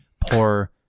poor